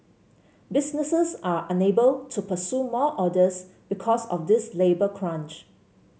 businesses are unable to pursue more orders because of this labour crunch